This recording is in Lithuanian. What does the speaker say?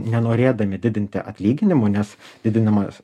nenorėdami didinti atlyginimų nes didinimas